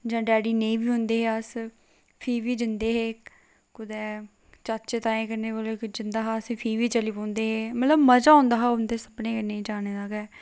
जां डैडी नेईं बी औंदे अस भी बी जंदे हे कुतै चाचे ताएं कन्नै कोई कुतै जंदा हा अस भी बी चली पौंदे हे मतलब मजा औंदा हा उं'दे सभनें कन्नै जाने दा गै